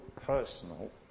personal